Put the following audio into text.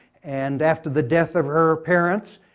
and after the death of her parents,